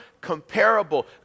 comparable